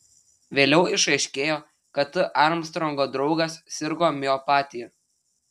vėliau išaiškėjo kad t armstrongo draugas sirgo miopatija